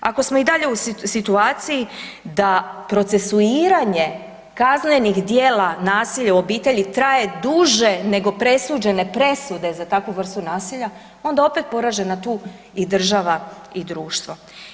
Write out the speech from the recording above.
Ako smo i dalje u situaciji da procesuiranje kaznenih djela nasilja u obitelji traje duže nego u presuđene presude za takvu vrstu nasilja, onda opet je poražena i država i društvo.